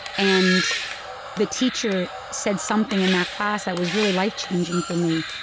and the teacher said something in that class that was really life-changing for me.